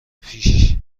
پیشی